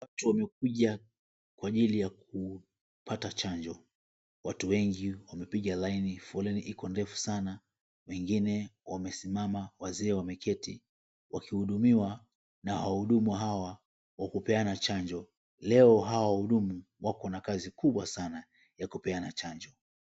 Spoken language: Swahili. Watu wamekuja kwa ajili ya kupata chanjo, watu wengi wamepiga laini, foleni iko ndefu sana, wengine wamesimama wazee wameketi wakihudumiwa na wahudumu hawa wa kupeana chanjo, leo hawa wahudumu wako na kazi kubwa sana ya kupeana chanjo.